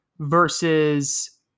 versus